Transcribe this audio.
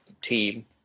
team